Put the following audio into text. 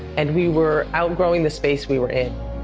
and we were outgrowing the space we were in.